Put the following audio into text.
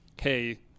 hey